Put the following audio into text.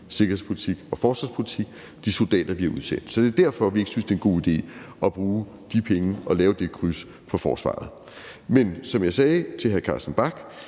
sikkerhedspolitik og forsvarspolitik – og de soldater, vi har udsendt. Det er derfor, vi ikke synes, det er en god idé at bruge de penge og lave det kryds i forhold til forsvaret. Men som jeg sagde til hr. Carsten Bach,